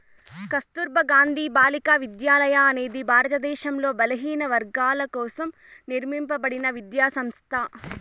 కస్తుర్బా గాంధీ బాలికా విద్యాలయ అనేది భారతదేశంలో బలహీనవర్గాల కోసం నిర్మింపబడిన విద్యా సంస్థ